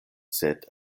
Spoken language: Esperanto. sed